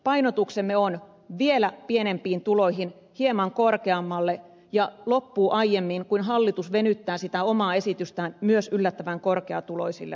painotuksemme on vielä pienempiin tuloihin hieman korkeammalle ja loppuu aiemmin kun hallitus venyttää sitä omaa esitystään myös yllättävän korkeatuloisille